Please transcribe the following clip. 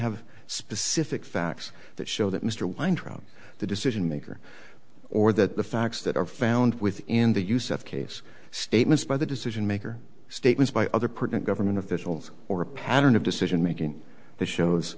have specific facts that show that mr weintraub the decision maker or that the facts that are found within the use of case statements by the decision maker statements by other print government officials or a pattern of decision making that shows